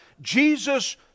Jesus